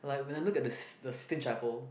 like when I look at the the stitch level